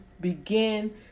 begin